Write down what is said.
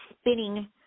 spinning